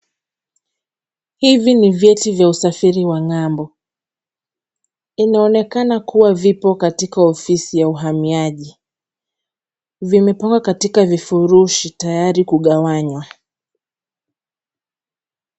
Hivi ni viti vya usafiri wa ngambo. Inaonekana kuwa vipo katika ofisi ya uhamiaji. Vimepangwa katika vifurushi tayari kugawanywa.